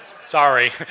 Sorry